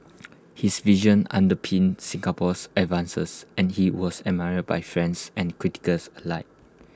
his vision underpinned Singapore's advances and he was admired by friends and critics alike